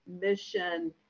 mission